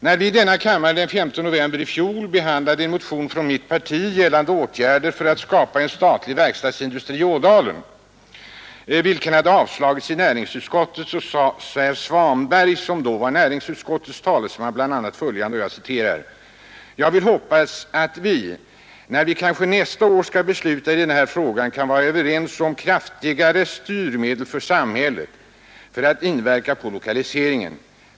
När vi i denna kammare den 5 november i fjol behandlade en mo'.ion från mitt parti gällande åtgärder för att skapa en statlig verkstadsir sustri i Ådalen, vilken hade avstyrkts av näringsutskottet, sade herr S' anberg, som då var näringsutskottets talesman, bl.a. följande: ”Jag vill ”.oppas att vi när vi kanske nästa år skall besluta i den här frågan kan vara överens om kraftigare styrmedel för samhället för att inverka på lokaliseringen.